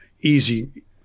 easy